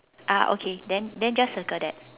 ah okay then then just circle that